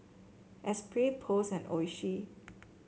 Espirit Post and Oishi